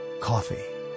Coffee